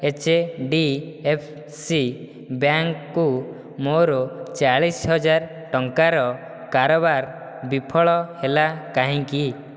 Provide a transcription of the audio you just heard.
HDFC ବ୍ୟାଙ୍କକୁ ମୋର ଚାଳିଶ ହଜାର ଟଙ୍କାର କାରବାର ବିଫଳ ହେଲା କାହିଁକି